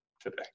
today